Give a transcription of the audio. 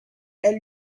elle